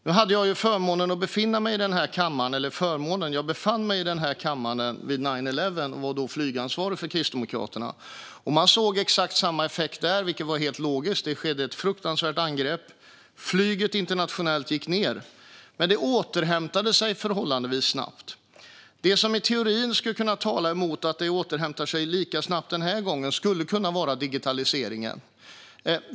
Nu befann jag mig i den här kammaren vid "nine eleven", och jag var då flygansvarig för Kristdemokraterna. Man såg samma effekt där, vilket var helt logiskt. Det skedde ett fruktansvärt angrepp. Flyget internationellt gick ned, men det återhämtade sig förhållandevis snabbt. Det som i teorin skulle kunna tala emot att det återhämtar sig lika snabbt den här gången skulle kunna vara digitaliseringen.